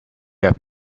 have